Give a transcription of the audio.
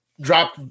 drop